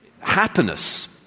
happiness